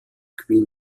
queen